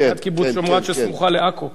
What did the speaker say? שסמוך לעכו?